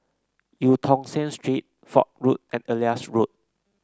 Eu Tong Sen Street Fort Road and Elias Road